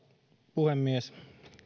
puhemies